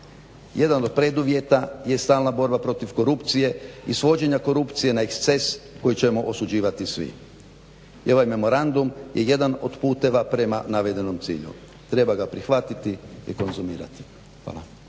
Jedan od preduvjeta je stalna borba protiv korupcije, ishođenja korupcije na eksces koji ćemo osuđivati svi. I ovaj memorandum je jedan od puteva prema navedenom cilju. Treba ga prihvatiti i konzumirati. Hvala.